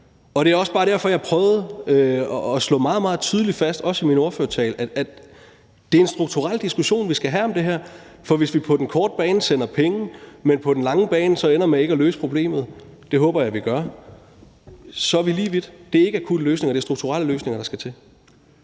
Det er også bare derfor, jeg prøvede at slå meget, meget tydeligt fast, også i min ordførertale, at det er en strukturel diskussion, vi skal have om det her. For hvis vi på den korte bane sender penge, men på den lange bane så ender med ikke at løse problemet – det håber jeg vi gør – er vi lige vidt. Det er ikke akutte løsninger; det er strukturelle løsninger, der skal til.